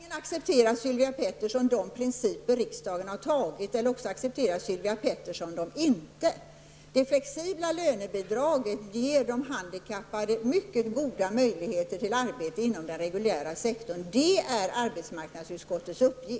Herr talman! Antingen accepterar Sylvia Pettersson de principer som riksdagen har antagit, eller också accepterar hon dem inte. Det flexibla lönebidraget ger de handikappade mycket goda möjligheter till arbete inom den reguljära sektorn. Det är arbetsmarknadsutskottets uppgift.